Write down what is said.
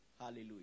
Hallelujah